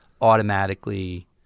automatically